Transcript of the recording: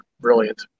brilliant